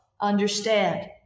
understand